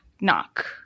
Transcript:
knock